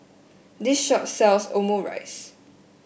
this shop sells Omurice